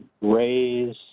raise